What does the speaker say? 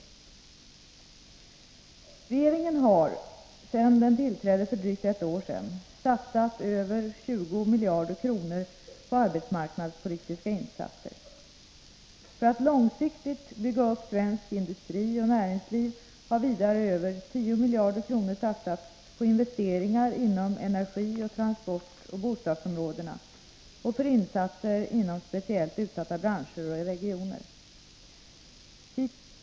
Regeringen har sedan den tillträdde för drygt ett år sedan satsat över 20 miljarder kronor på arbetsmarknadspolitiska insatser. För att långsiktigt bygga upp svensk industri och svenskt näringsliv har vidare över 10 miljarder kronor satsats på investeringar inom energi-, transportoch bostadsområdena och för insatser inom speciellt utsatta branscher och regioner.